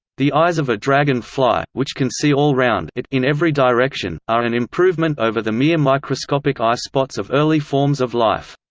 the eyes of a dragon-fly, which can see all round in every direction, are an improvement over the mere microscopic eye-spots of early forms of life.